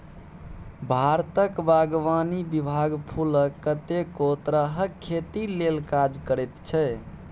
भारतक बागवानी विभाग फुलक कतेको तरहक खेती लेल काज करैत छै